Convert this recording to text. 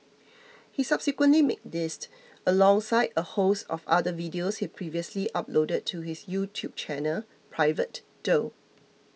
he subsequently made these alongside a host of other videos he previously uploaded to his YouTube channel private though